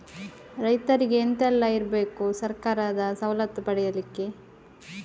ರೈತರಿಗೆ ಎಂತ ಎಲ್ಲ ಇರ್ಬೇಕು ಸರ್ಕಾರದ ಸವಲತ್ತು ಪಡೆಯಲಿಕ್ಕೆ?